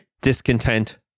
discontent